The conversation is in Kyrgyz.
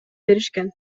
беришкен